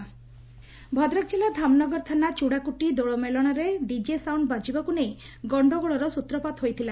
ଉଉେଜନା ଭଦ୍ରକ ଜିଲ୍ଲା ଧାମନଗର ଥାନା ଚୂଡ଼ାକୁଟି ଦୋଳ ମେଲଶରେ ଡିକେ ସାଉଣ୍ ବାଜିବାକୁ ନେଇ ଗଣ୍ଡଗୋଳର ସୂତ୍ରପାତ ହୋଇଥିଲା